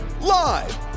Live